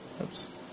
Oops